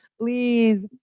Please